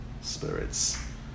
spirits